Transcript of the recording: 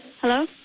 hello